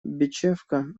бечевка